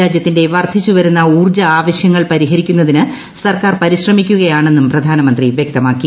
രാജ്യത്തിന്റെ വർദ്ധിച്ചുവരുന്ന ഊർജ്ജ ആവശ്യങ്ങൾ പരിഹരിക്കുന്നതിന് സർക്കാർ പരിശ്രമിക്കുകയാണെന്നും പ്രധാനമന്ത്രി വൃക്തമാക്കി